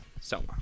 Soma